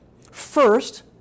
First